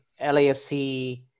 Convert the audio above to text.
LASC